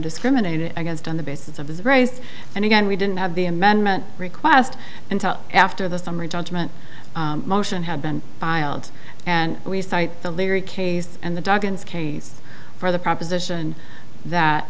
discriminated against on the basis of his race and again we didn't have the amendment request until after the summary judgment motion had been filed and we cite the leary case and the doc in this case for the proposition that